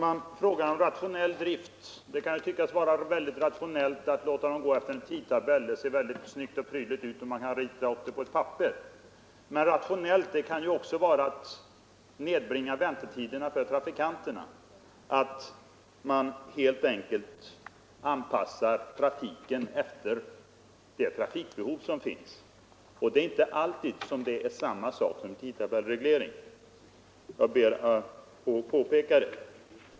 Herr talman! Det kan ju tyckas vara väldigt rationellt att låta färjorna gå efter en tidtabell; det ser snyggt och prydligt ut om man kan rita upp tabellen på ett papper. Men rationellt kan det också vara att nedbringa väntetiderna för trafikanterna, att helt enkelt anpassa trafiken efter det trafikbehov som finns, och det är inte alltid detsamma som en tidtabellsreglering.